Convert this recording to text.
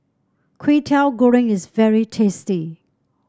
Kwetiau Goreng is very tasty